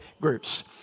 groups